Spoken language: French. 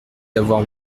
d’avoir